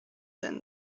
than